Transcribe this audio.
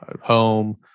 home